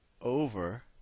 over